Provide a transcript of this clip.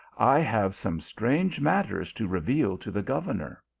i have some strange matters to reveal to the governor.